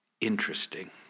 interesting